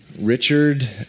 Richard